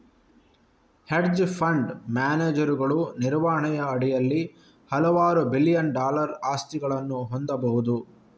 hedge fund ಮ್ಯಾನೇಜರುಗಳು ನಿರ್ವಹಣೆಯ ಅಡಿಯಲ್ಲಿ ಹಲವಾರು ಬಿಲಿಯನ್ ಡಾಲರ್ ಆಸ್ತಿಗಳನ್ನು ಹೊಂದಬಹುದು